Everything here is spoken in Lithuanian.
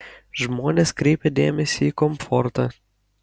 žmonės kreipia dėmesį į komfortą